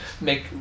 make